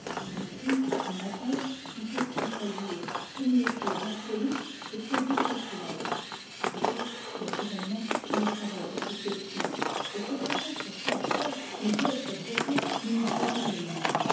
un cri un appel vous font tressaillir comme une chose insolite et quasi sacrilège de cloches naturellement il ne saurait être question et c'est peut-être ce à quoi nous autres bretons nous nous faisons le moins